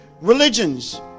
religions